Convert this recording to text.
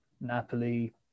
Napoli